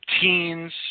teens